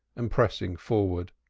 and pressing forwards.